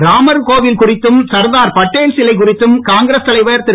ராமர் கோவில் குறித்தும் சர்தார் படேல் சிலை குறித்தும் காங்கிரஸ் தலைவர் திரு